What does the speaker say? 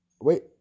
wait